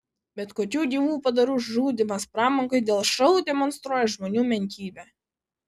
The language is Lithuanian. bet kokių gyvų padarų žudymas pramogai dėl šou demonstruoja žmonių menkybę